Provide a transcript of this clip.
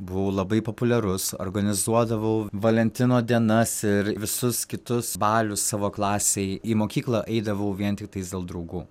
buvau labai populiarus organizuodavau valentino dienas ir visus kitus balius savo klasei į mokyklą eidavau vien tiktais dėl draugų